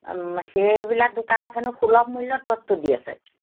ওম সেইবিলাক দোকানত হেনো সুলভ মূল্যত বস্তু দি আছে